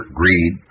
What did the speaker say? greed